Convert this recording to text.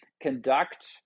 conduct